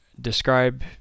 describe